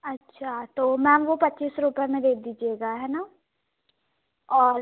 अच्छा तो मैम वो पच्चीस रुपए में दे दीजिएगा है ना और